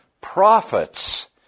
prophets